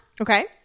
Okay